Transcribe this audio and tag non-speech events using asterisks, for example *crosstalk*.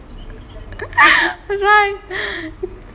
*laughs* right *laughs*